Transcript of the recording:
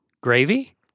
Gravy